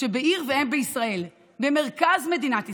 שבעיר ואם בישראל, במרכז מדינת ישראל,